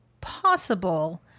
possible